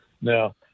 Now